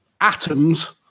atoms